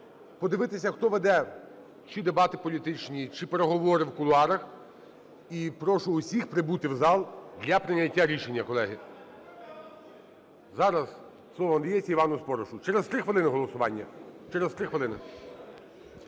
Подивитися, хто веде чи дебати політичні, чи переговори в кулуарах. І прошу всіх прибути в зал для прийняття рішення,